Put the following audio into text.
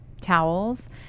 towels